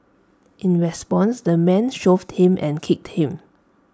in response the man shoved him and kicked him